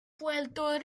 puerto